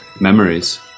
Memories